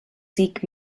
seek